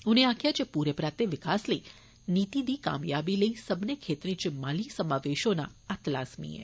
उनें आक्खेआ जे पूरे पराते विकास आली नीति दी कामयाबी लेई सब्भर्ने क्षेत्रें च माली समावेश होना अत लाजमी ऐ